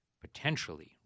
potentially